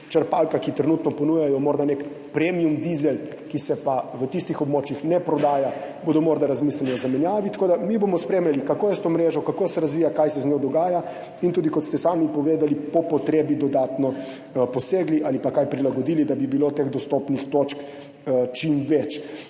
črpalkah, ki trenutno ponujajo nek premium dizel, ki se pa v tistih območjih ne prodaja, in bodo morda razmislili o zamenjavi. Mi bomo spremljali, kako je s to mrežo, kako se razvija, kaj se z njo dogaja, in tudi, kot ste sami povedali, po potrebi dodatno posegli ali pa kaj prilagodili, da bi bilo teh dostopnih točk čim več.